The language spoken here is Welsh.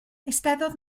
eisteddodd